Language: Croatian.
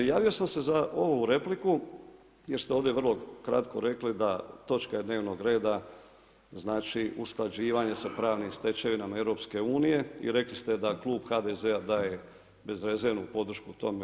Javio sam se za ovu repliku, jer ste ovdje vrlo kratko rekli, da točka dnevnog reda znači usklađivanje sa pravnim stečevinama EU i rekli ste da klub HDZ-a daje bezrezervnu podršku tome.